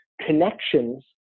connections